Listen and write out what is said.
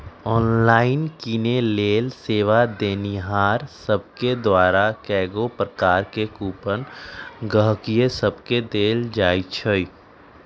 online किनेके लेल सेवा देनिहार सभके द्वारा कएगो प्रकार के कूपन गहकि सभके देल जाइ छइ